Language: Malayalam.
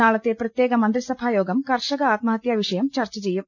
നാളത്തെ പ്രത്യേക മന്ത്രിസ്റ്റഭായോഗം കർഷക ആത്മഹത്യാ വിഷയം ചർച്ചചെയ്യും